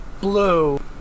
blue